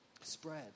spread